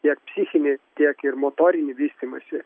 tiek psichinį tiek ir motorinį vystymąsį